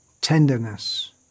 Tenderness